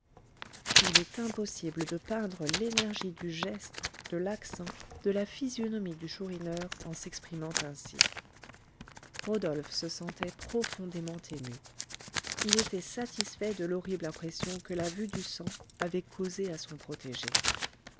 il est impossible de peindre l'énergie du geste de l'accent de la physionomie du chourineur en s'exprimant ainsi rodolphe se sentait profondément ému il était satisfait de l'horrible impression que la vue du sang avait causée à son protégé